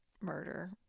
murder